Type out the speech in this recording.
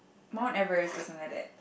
Mount-Everest or something like that